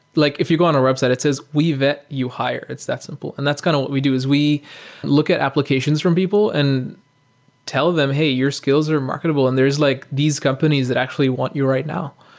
like if you go on our website, it says we vet, you hire. it's that simple. and that's kind of what we do, is we look at applications from people and tell them, hey, your skills are marketable and there is like these companies that actually want you right now,